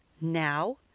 now